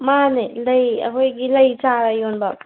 ꯃꯥꯟꯅꯦ ꯂꯩ ꯑꯩꯈꯣꯏꯒꯤ ꯂꯩ ꯆꯥꯔ ꯌꯣꯟꯐꯝ